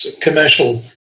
commercial